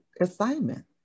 assignment